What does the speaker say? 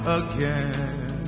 again